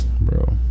bro